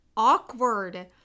Awkward